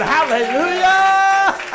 Hallelujah